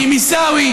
עם זוהיר,